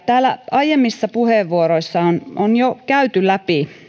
täällä aiemmissa puheenvuoroissa on on jo käyty läpi